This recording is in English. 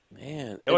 Man